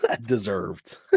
deserved